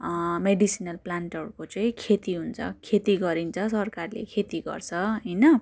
medicinal प्लान्टहरूको चाहिँ खेती हुन्छ खेती गरिन्छ सरकारले खेती गर्छ होइन